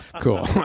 Cool